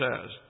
says